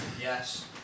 Yes